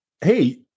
Hey